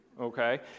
okay